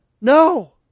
No